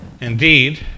Indeed